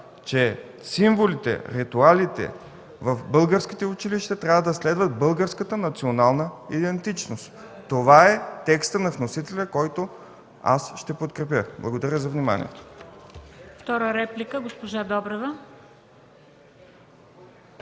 че символите, ритуалите в българските училища трябва да следват българската национална идентичност. Това е текстът на вносителя, който аз ще подкрепя. Благодаря за вниманието.